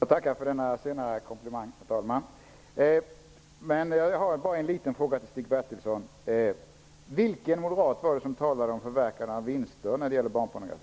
Herr talman! Jag tackar för den senare komplimangen. Jag har bara en liten fråga till Stig Bertilsson: Vilken moderat var det som talade om förverkande av vinster när det gäller barnpornografi?